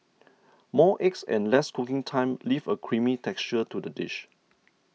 more eggs and less cooking time leave a creamy texture to the dish